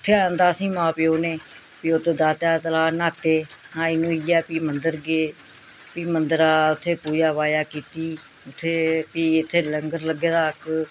उत्थें आंदा असें मां प्यों न फ्ही उत्थें दातें दा तलाऽ न्हाते न्हाई न्हुइयै फ्ही मंदर गै फ्ही मंदरा उत्थें पूजा पाजा कीती उत्थें फ्ही इत्थें लंगर लग्गे दा इक